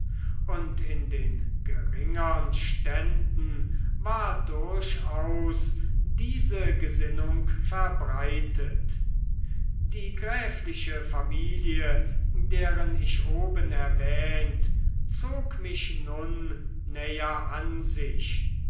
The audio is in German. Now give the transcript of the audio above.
und die in den geringern ständen war durchaus diese gesinnung verbreitet die gräfliche familie deren ich oben erwähnt zog mich nun näher an sich